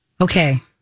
Okay